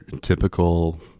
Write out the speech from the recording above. typical